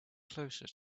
closer